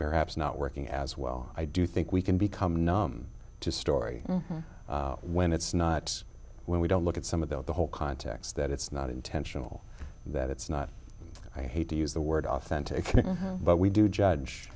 better apps not working as well i do think we can become numb to story when it's not when we don't look at some of the whole context that it's not intentional that it's not i hate to use the word authentic but we do judge